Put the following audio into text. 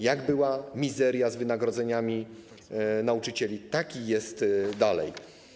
Jak była mizeria z wynagrodzeniami nauczycieli, tak jest nadal.